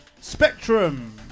Spectrum